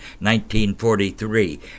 1943